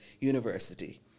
university